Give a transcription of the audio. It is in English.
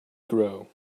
grow